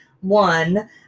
one